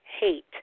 hate